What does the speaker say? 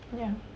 ya